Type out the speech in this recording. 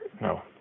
no